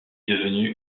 devenu